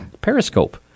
Periscope